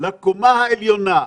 לקומה העליונה,